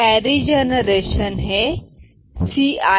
carry generation Ci Ai